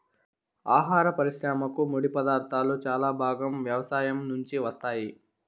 ఆహార పరిశ్రమకు ముడిపదార్థాలు చాలా భాగం వ్యవసాయం నుంచే వస్తాయి